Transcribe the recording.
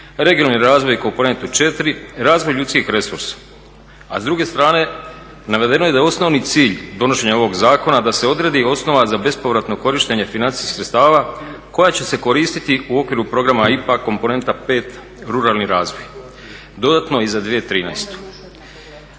3-Regionalni razvoj, komponentu 4-Razvoj ljudskih resursa. A s druge strane navedeno je da je osnovni cilj donošenja ovog zakona da se odredi osnova za bespovratno korištenje financijskih sredstava koja će se koristiti u okviru programa IPA, komponenta 5-Ruralni razvoj dodatno i za 2013.